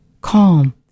Calm